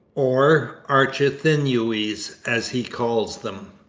or archithinues, as he calls them.